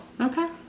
Okay